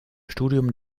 studium